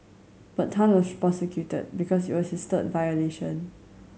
but Tan was prosecuted because it was his third violation